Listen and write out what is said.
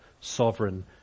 sovereign